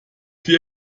für